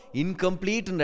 incomplete